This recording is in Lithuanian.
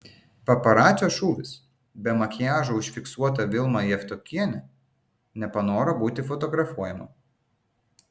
paparacio šūvis be makiažo užfiksuota vilma javtokienė nepanoro būti fotografuojama